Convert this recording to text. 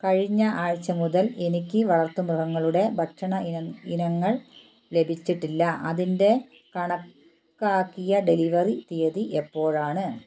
കഴിഞ്ഞ ആഴ്ച മുതൽ എനിക്ക് വളർത്തുമൃഗങ്ങളുടെ ഭക്ഷണ ഇന ഇനങ്ങൾ ലഭിച്ചിട്ടില്ല അതിൻ്റെ കണക്കാക്കിയ ഡെലിവറി തീയതി എപ്പോഴാണ്